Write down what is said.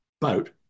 boat